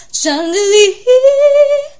chandelier